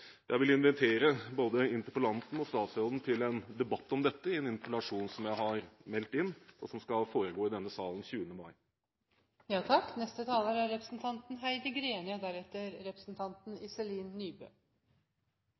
Jeg vil invitere både interpellanten og statsråden til en debatt om dette i en interpellasjon som jeg har meldt inn, og som skal foregå i denne salen 20. mai. Det er